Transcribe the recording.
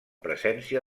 presència